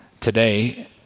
today